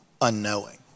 unknowing